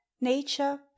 Nature